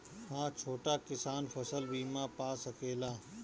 हा छोटा किसान फसल बीमा पा सकेला?